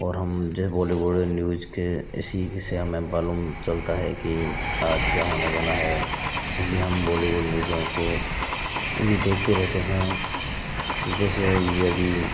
हम जो बॉलीवुड न्यूज के इसी से हम मालूम चलता है कि आज क्या होने वाल है इसलिए हम बॉलीवुड की न्यूजों को भी देखते रहते हैं जैसे यदि